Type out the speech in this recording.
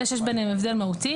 יש ביניהם הבדל מהותי.